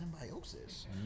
symbiosis